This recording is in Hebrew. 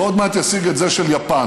ועוד מעט ישיג את זה של יפן.